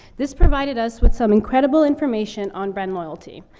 this provided us with some incredible information on brand loyalty.